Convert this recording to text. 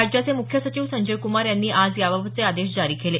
राज्याचे मुख्य सचिव संजय कुमार यांनी आज याबाबतचे आदेश जारी केले